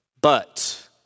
But